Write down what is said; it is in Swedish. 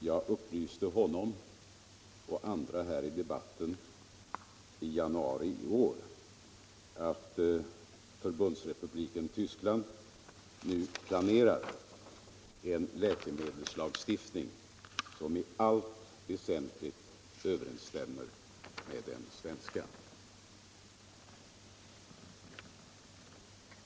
Jag upplyste honom och andra i debatten i januari i år att Förbundsrepubliken Tyskland nu planerar en läkemedelslagstiftning som i allt väsentligt överensstämmer med den svenska.